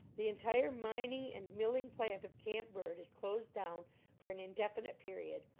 the entire mining and milling plant of camp bird is closed down for an indefinite period.